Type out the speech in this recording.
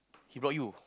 he block you